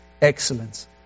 excellence